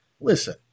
listen